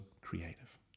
creative